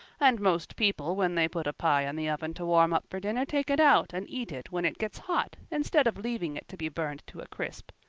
and most people when they put a pie in the oven to warm up for dinner take it out and eat it when it gets hot instead of leaving it to be burned to a crisp.